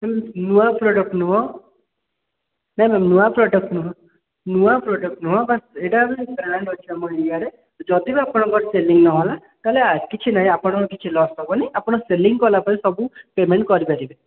ନୂଆ ପ୍ରଡକ୍ଟ୍ ନୁହଁ ନା ନା ନୂଆ ପ୍ରଡ଼କ୍ଟ୍ ନୁହଁ ନୂଆ ପ୍ରଡ଼କ୍ଟ୍ ନୁହଁ ବାସ୍ ଏଇଟା ଆମର ବ୍ରାଣ୍ଡ୍ ଅଛି ଆମ ଇଣ୍ଡିଆରେ ଯଦି ବି ଆପଣଙ୍କ ସେଲିଂ ନ ହେଲା ତା'ହେଲେ କିଛି ନାହିଁ ଆପଣଙ୍କ କିଛି ଲସ୍ ହେବନି ଆପଣ ସେଲିଂ କଲା ପରେ ସବୁ ପେମେଣ୍ଟ୍ କରିପାରିବେ